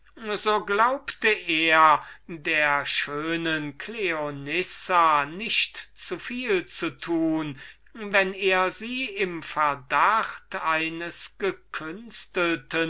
so glaubte er der schönen cleonissa nicht zu viel zu tun wenn er sie im verdacht eines